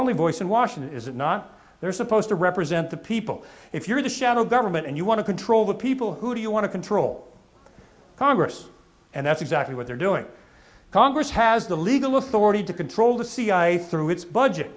only voice in washington is it not they're supposed to represent the people if you're the shadow government and you want to control the people who do you want to control congress and that's exactly what they're doing congress has the legal authority to control the cia through its budget